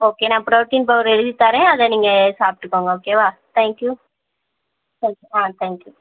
okay நான் protein powder எழுதி தரேன் அதை நீங்கள் சாப்பிட்டுக்கோங்க ஓகேவா thank you ah thank you